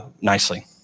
nicely